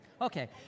Okay